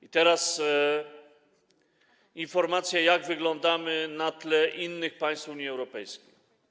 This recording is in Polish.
I teraz informacja, jak wyglądamy na tle innych państw Unii Europejskiej.